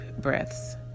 breaths